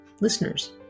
listeners